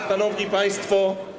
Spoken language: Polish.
Szanowni Państwo!